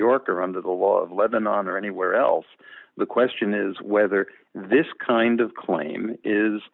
york or under the law of lebannon or anywhere else the question is whether this kind of claim is